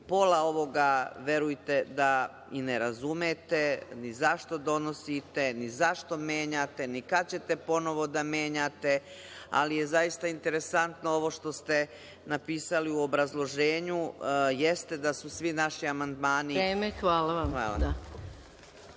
Pola ovoga, verujte, da i ne razumete ni zašto donosite, ni zašto menjate, ni kada ćete ponovo da menjate, ali je zaista interesantno ovo što se napisali u obrazloženju da su svi naši amandmani …. **Maja Gojković**